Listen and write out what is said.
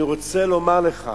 אני רוצה לומר לך,